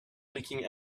leaking